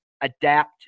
adapt